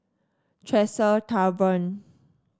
Tresor Tavern